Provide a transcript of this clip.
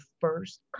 first